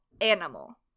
animal